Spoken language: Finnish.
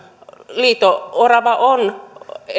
liito orava on